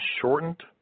shortened